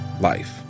life